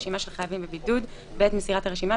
רשימה של חייבים בבידוד בעת מסירת הרשימה,